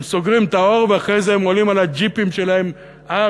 הם סוגרים את האור ואחרי זה הם עולים על הג'יפים שלהם 4x4,